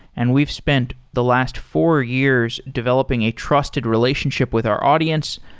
and we've spent the last four years developing a trusted relationship with our audience.